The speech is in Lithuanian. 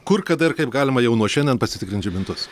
kur kada ir kaip galima jau nuo šiandien pasitikrint žibintus